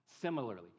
similarly